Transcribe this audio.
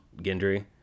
Gendry